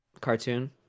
cartoon